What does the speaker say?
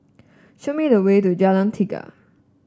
show me the way to Jalan Tiga